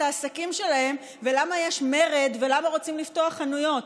העסקים שלהם ולמה יש מרד ולמה רוצים לפתוח חנויות.